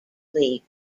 league